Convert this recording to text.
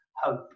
hope